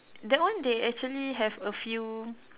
that one they actually have a few